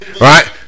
right